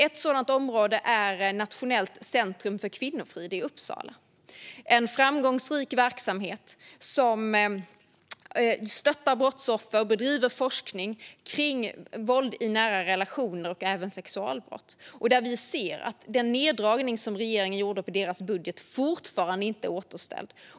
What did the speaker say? Det gäller till exempel Nationellt centrum för kvinnofrid i Uppsala. Det är en framgångsrik verksamhet där man stöttar brottsoffer och bedriver forskning kring våld i nära relationer och även sexualbrott. Vi ser att den neddragning som regeringen gjorde av deras budget fortfarande inte är återställd.